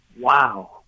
wow